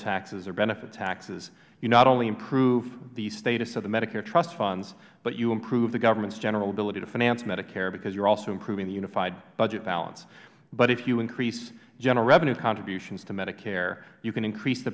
taxes or benefit taxes you not only improve the status of the medicare trust funds but you improve the government's general ability to finance medicare because you're also improving the unified budget balance but if you increase general revenues contributions to medicare you can increase the